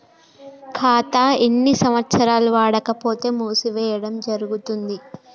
ఖాతా ఎన్ని సంవత్సరాలు వాడకపోతే మూసివేయడం జరుగుతుంది?